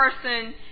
person